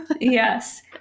Yes